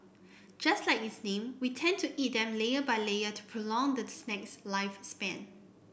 just like its name we tend to eat them layer by layer to prolong the snack's lifespan